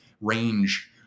range